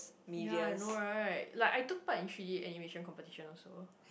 ya I know right like I took part in three-D animation competition also